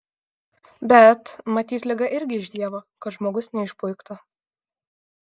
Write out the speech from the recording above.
bet matyt liga irgi iš dievo kad žmogus neišpuiktų